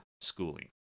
schooling